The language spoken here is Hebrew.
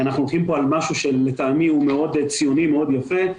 אנחנו הולכים פה על משהו שהוא לטעמי מאוד ציוני ומאוד יפה.